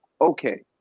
Okay